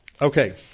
Okay